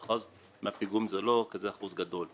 18% מהפיגומים וזה לא אחוז גדול.